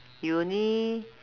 you only